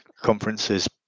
conferences